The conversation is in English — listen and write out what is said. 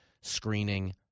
screening